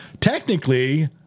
Technically